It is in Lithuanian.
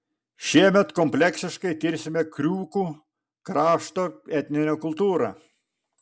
šiemet kompleksiškai tirsime kriūkų krašto etninę kultūrą